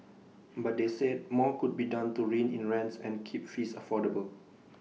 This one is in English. but they said more could be done to rein in rents and keep fees affordable